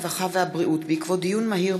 הרווחה והבריאות בעקבות דיון מהיר